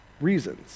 reasons